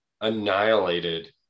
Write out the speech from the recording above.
annihilated